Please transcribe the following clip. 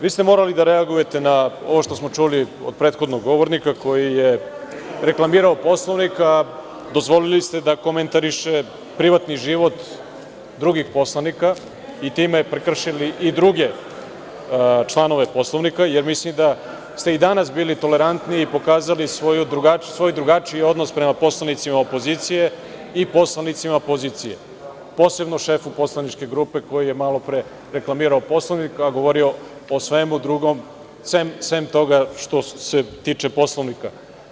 Vi ste morali da reagujete na ovo što smo čuli od prethodnog govornika koji je reklamirao Poslovnik, a dozvolili ste da komentariše privatni život drugih poslanika i time prekršili i druge članove Poslovnika, jer mislim da ste i danas bili tolerantniji i pokazali svoj drugačiji odnos prema poslanicima opozicije i poslanicima pozicije, posebno šefu poslaničke grupe koji je malopre reklamirao Poslovnik, govorio o svemu drugom, sem onoga što se tiče Poslovnika.